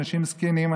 אנשים זקנים,